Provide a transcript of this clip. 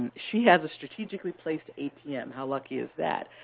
she has a strategically placed atm. how lucky is that?